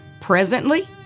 presently